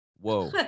whoa